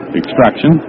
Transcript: extraction